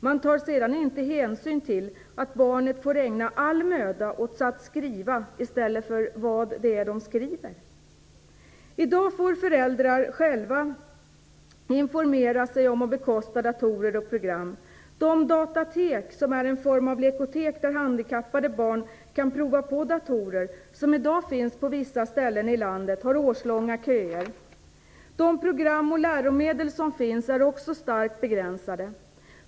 Man tar sedan inte hänsyn till att barnen får ägna all möda åt att skriva i stället för vad det är de skriver. I dag får föräldrarna själva informera sig om och bekosta datorer och program. De datatek, en form av lekotek där handikappade barn kan prova på datorer, som i dag finns på vissa ställen i landet har årslånga köer. De program och läromedel som finns är också starkt begränsade.